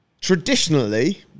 traditionally